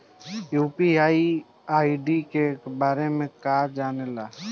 UPI ID के बारे में का जाने ल?